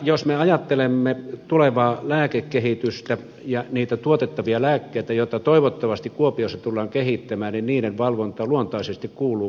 jos me ajattelemme tulevaa lääkekehitystä ja niitä tuotettavia lääkkeitä joita toivottavasti kuopiossa tullaan kehittämään niin niiden valvonta luontaisesti kuuluu fimealle